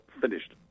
finished